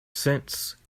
sense